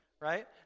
right